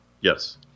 Yes